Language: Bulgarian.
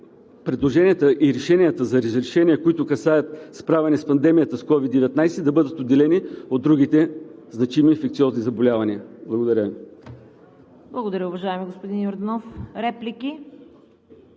предложенията и решенията за разрешения, които касаят справяне с пандемията с COVID-19, да бъдат отделени от другите значими инфекциозни заболявания. Благодаря Ви. ПРЕДСЕДАТЕЛ ЦВЕТА КАРАЯНЧЕВА: Благодаря, уважаеми господин Йорданов. Реплики?